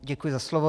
Děkuji za slovo.